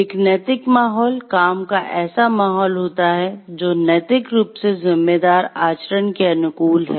एक नैतिक माहौल काम का ऐसा माहौल होता है जो नैतिक रूप से जिम्मेदार आचरण के अनुकूल है